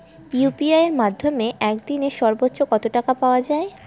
UPI এর মাধ্যমে এক দিনে সর্বচ্চ কত টাকা পাঠানো যায়?